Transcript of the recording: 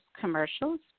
commercials